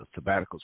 sabbaticals